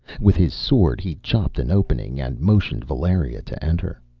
with his sword he chopped an opening, and motioned valeria to enter.